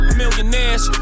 millionaires